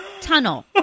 Tunnel